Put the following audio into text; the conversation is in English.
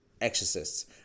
exorcists